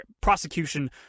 prosecution